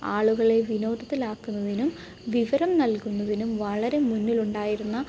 ആളുകളെ വിനോദത്തിലാക്കുന്നതിനും വിവരം നൽകുന്നതിനും വളരെ മുന്നിലുണ്ടായിരുന്ന